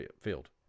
field